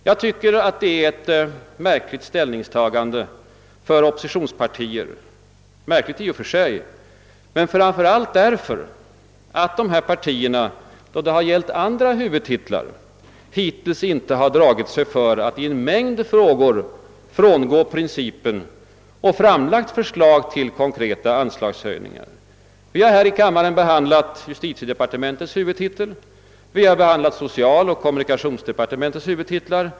Jag tycker att detta är ett märkligt ställningstagande för oppositionspartier -— märkligt i och för sig men framför allt därför att dessa två partier, då det gäller andra huvudtitlar, hittills inte dragit sig för att i en mängd frågor frångå principen och framlägga förslag till konkreta anslagshöjningar. Vi har behandlat justitiedepartementets huvudtitel liksom även socialoch kommunikationsdepartementens huvudtitlar.